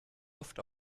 oft